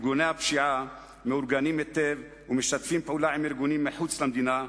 ארגוני הפשיעה מאורגנים היטב ומשתפים פעולה עם ארגונים מחוץ למדינה,